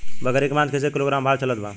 बकरी के मांस कईसे किलोग्राम भाव चलत बा?